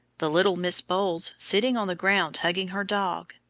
the little miss bowles sitting on the ground hugging her dog,